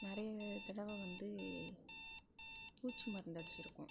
நிறைய தடவை வந்து பூச்சி மருந்து அடிச்சிருக்கோம்